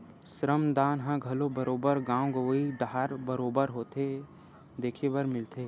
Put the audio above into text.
श्रम दान ह घलो बरोबर गाँव गंवई डाहर बरोबर देखे बर मिलथे